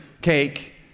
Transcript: cake